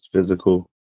physical